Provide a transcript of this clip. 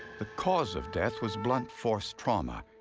the cause of death was blunt force trauma,